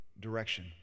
direction